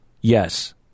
yes